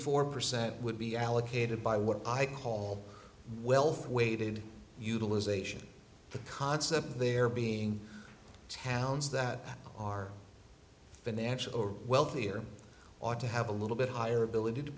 four percent would be allocated by what i call wealth weighted utilization the concept of there being towns that are financial or wealthier ought to have a little bit higher ability to